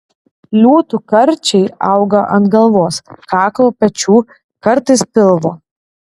liūtų karčiai auga ant galvos kaklo pečių kartais pilvo